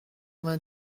vingt